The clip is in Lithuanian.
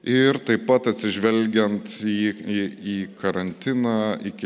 ir taip pat atsižvelgiant į į į karantiną iki